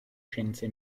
scienze